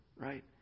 right